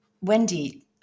Wendy